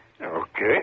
Okay